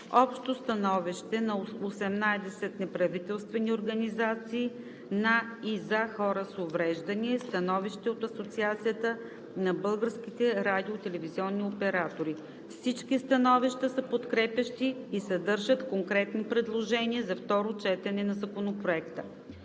общо становище на 18 неправителствени организации на и за хора с увреждания и становище от Асоциацията на българските радио- и телевизионни оператори. Всички становища са подкрепящи и съдържат конкретни предложения за второто четене на Законопроекта.